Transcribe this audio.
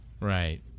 Right